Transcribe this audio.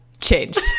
changed